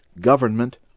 government